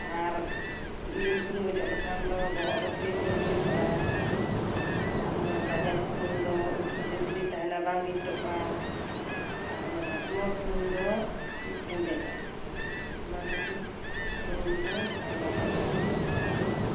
ᱟᱨ ᱱᱤᱢ ᱥᱩᱱᱩᱢ ᱚᱡᱚᱜ ᱞᱮᱠᱷᱟᱱ ᱫᱚ ᱵᱚᱦᱚᱜ ᱨᱮ ᱥᱤ ᱠᱚ ᱜᱩᱡᱩᱜ ᱟ ᱟᱨ ᱚᱱᱟ ᱵᱟᱡᱟᱡᱽ ᱥᱩᱱᱩᱢ ᱫᱚ ᱩᱵ ᱯᱷᱤᱨᱤ ᱯᱷᱤᱨᱤ ᱛᱟᱦᱮᱱᱟ ᱵᱟᱝ ᱜᱤᱴᱚᱜ ᱟ ᱟᱨ ᱚᱱᱟ ᱵᱷᱟᱥᱢᱚᱞ ᱥᱩᱱᱩᱢ ᱫᱚ ᱩᱵ ᱦᱮᱸᱫᱮᱜ ᱟ ᱚᱱᱟ ᱠᱷᱟᱹᱛᱤᱨ ᱛᱮ ᱥᱩᱱᱩᱢ ᱫᱚ ᱟᱭᱢᱟ ᱠᱟᱹᱢᱤ ᱨᱮᱜᱮ ᱞᱟᱜᱟᱜ ᱟ